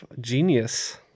genius